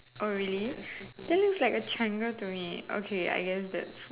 oh really that looks like a triangle to me okay I guess that's